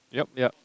yup yup